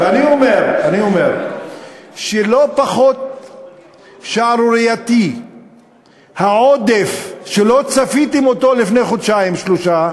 אני אומר שלא פחות שערורייתי העודף שלא צפיתם לפני חודשיים-שלושה